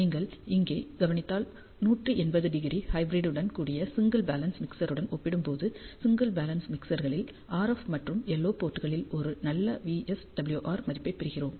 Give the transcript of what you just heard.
நீங்கள் இங்கே கவனித்தால் 180° ஹைபிரிட்டுடன் கூடிய சிங்கிள் பேலன்ஸ் மிக்சருடன் ஒப்பிடும்போது சிங்கிள் பேலன்ஸ் மிக்சர்களில் RF மற்றும் LO போர்ட்களில் ஒரு நல்ல VSWR மதிப்பைப் பெறுகிறோம்